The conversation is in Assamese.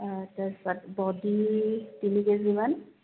তাৰপিছত বডি তিনি কেজিমান